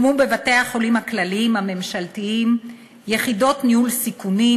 הוקמו בבתי-החולים הכלליים הממשלתיים יחידות ניהול סיכונים,